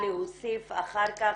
להוסיף אחר כך.